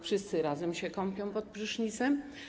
Wszyscy razem się kąpią pod prysznicem.